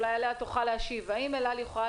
אולי עליה תוכל להשיב: האם אל-על יכולה